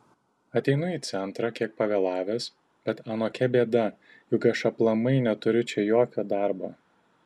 ateinu į centrą kiek pavėlavęs bet anokia bėda juk aš aplamai neturiu čia jokio darbo